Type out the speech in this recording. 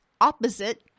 opposite